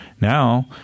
Now